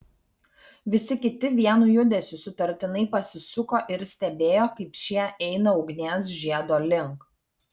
visi kiti vienu judesiu sutartinai pasisuko ir stebėjo kaip šie eina ugnies žiedo link